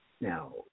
Now